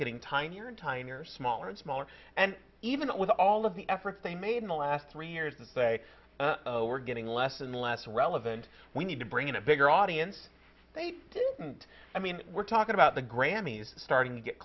getting tinier and tinier smaller and smaller and even with all of the efforts they made in the last three years and say we're getting less and less relevant we need to bring in a bigger audience they didn't i mean we're talking about the grammys starting to get